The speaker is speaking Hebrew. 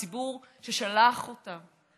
הציבור ששלח אותם,